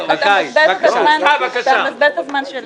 אתה מבזבז את הזמן שלי.